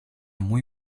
muy